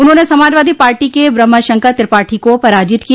उन्होंने समाजवादी पार्टी के ब्रहमा शंकर त्रिपाठी को पराजित किया